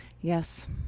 Yes